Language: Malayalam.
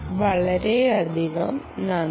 വളരെയധികം നന്ദി